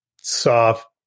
soft